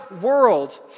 world